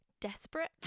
desperate